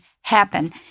happen